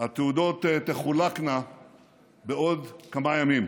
והתעודות תחולקנה בעוד כמה ימים.